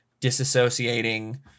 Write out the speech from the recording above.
disassociating